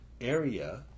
area